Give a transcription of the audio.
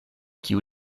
kiu